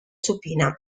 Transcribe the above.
supina